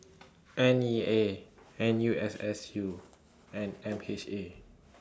N E A N U S S U and M H A